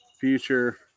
future